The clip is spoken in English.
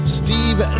steve